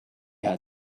had